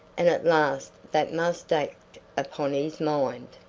and at last that must act upon his mind.